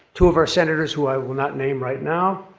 two of our senators, who i will not name right now,